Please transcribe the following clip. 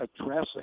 addressing